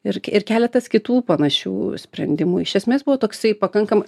ir ir keletas kitų panašių sprendimų iš esmės buvo toksai pakankam